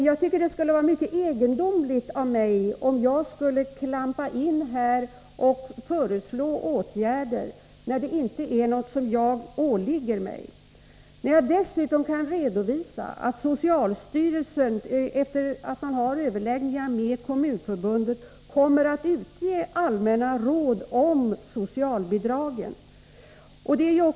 Det skulle vara mycket egendomligt av mig om jag skulle klampa in och föreslå åtgärder där det inte åligger mig att göra det och när jag dessutom kan redovisa att socialstyrelsen efter överläggningar med Kommunförbundet kommer att utge allmänna råd om socialbidragen.